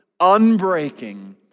unbreaking